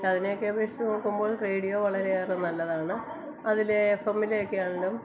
അതിനെയൊക്കെ അപേക്ഷിച്ച് നോക്കുമ്പോൾ റേഡിയോ വളരെയേറെ നല്ലതാണ് അതിലെ എഫ് എമ്മിലെയൊക്കെ ആണേലും